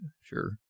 Sure